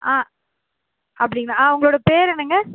ஆ அப்படிங்களா ஆ உங்களோட பேர் என்னங்க